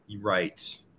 right